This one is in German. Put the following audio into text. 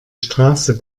straße